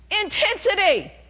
intensity